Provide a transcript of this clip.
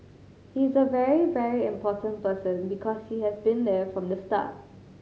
he is a very very important person because he has been there from the start